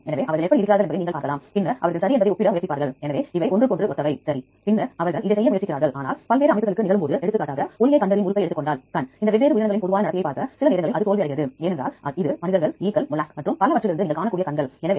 எனவே Swiss Prot என்பது கைமுறையாக சிறுகுறிப்பு செய்யப்பட்ட மற்றும் மதிப்பாய்வு செய்யப்பட்ட உள்ளீடுகள் ஆகும் தானாகவே சிறுகுறிப்பு செய்யப்பட்டு மதிப்பாய்வு செய்யப்படாத உள்ளீடுகள் TrEMBL இல் உள்ளன